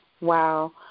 Wow